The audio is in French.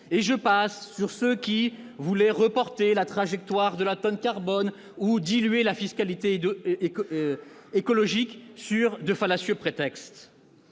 Et je passe sur ceux qui voulaient reporter la trajectoire de la tonne carbone ou diluer la fiscalité écologique sous de fallacieux prétextes.